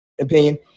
opinion